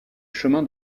chemin